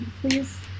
Please